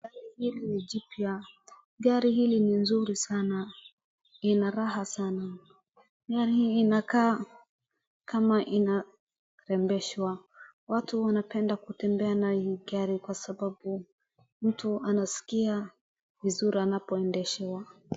Gari hili ni jipya. Gari hili ni nzuri sana, ina raha sana. Gari hii inakaa kama inarembeshwa. Watu wanapenda kutembea na hii gari kwa sababu mtu anaskia vizuri anapoendeshwa.